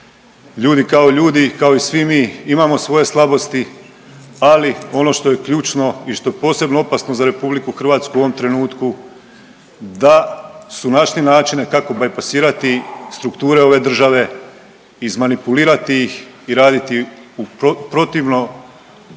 ljudi kao ljudi, kao i svi mi imao svoje slabosti, ali ono što je ključno i što je posebno opasno za RH u ovom trenutku, da su našli načine kako bajpasirati strukture ove države, izmanipulirati ih i raditi u, protivno